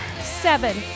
Seven